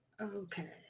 Okay